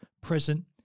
present